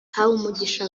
habumugisha